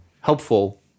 helpful